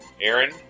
Aaron